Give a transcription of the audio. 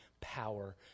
power